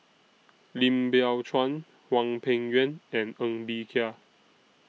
Lim Biow Chuan Hwang Peng Yuan and Ng Bee Kia